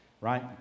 right